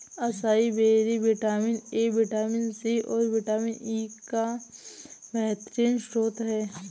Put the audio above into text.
acai berry vitamin A, vitamin C, और vitamin E का बेहतरीन स्त्रोत है